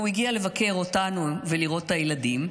הוא הגיע לבקר אותנו ולראות את הילדים,